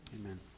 Amen